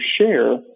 share